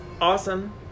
awesome